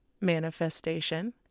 manifestation